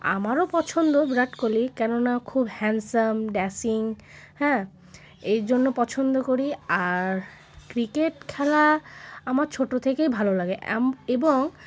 আমারও পছন্দ বিরাট কোহলি কেননা খুব হ্যান্ডসাম ড্যাসিং হ্যাঁ এই জন্য পছন্দ করি আর ক্রিকেট খেলা আমার ছোটো থেকেই ভালো লাগে এবং